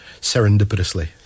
serendipitously